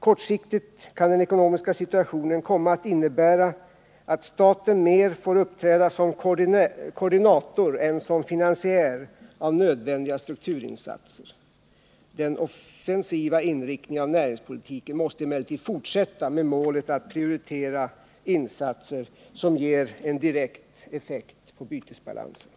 Kortsiktigt kan den ekonomiska situationen komma att innebära att staten mer får uppträda som koordinator än som finansiär av nödvändiga strukturinsatser. Den offensiva inriktningen av näringspolitiken måste emellertid fortsätta med målet att prioritera insatser som ger en direkt effekt på bytesbalansen.